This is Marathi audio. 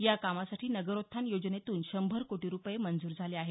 या कामासाठी नगरोत्थान योजनेतून शंभर कोटी रुपये मंजूर झाले आहेत